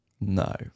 no